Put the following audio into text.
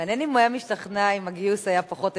מעניין אם הוא היה משתכנע אם הגיוס היה פחות אפקטיבי.